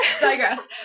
Digress